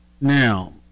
Now